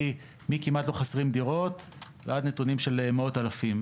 מכמעט לא חסרות דירות ועד נתונים של מאות אלפים.